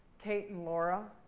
kate and laura.